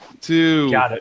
two